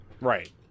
Right